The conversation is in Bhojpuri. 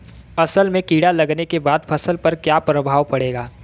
असल में कीड़ा लगने के बाद फसल पर क्या प्रभाव पड़ेगा?